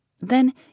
Then